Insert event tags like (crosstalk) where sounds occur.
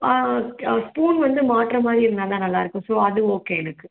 ஆ ஆ (unintelligible) spoon வந்து மாட்டுற மாதிரி இருந்தால் தான் நல்லாயிருக்கும் ஸோ அது ஓகே எனக்கு